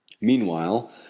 Meanwhile